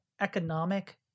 economic